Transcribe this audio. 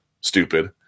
stupid